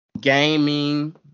gaming